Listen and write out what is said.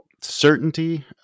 certainty